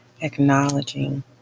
acknowledging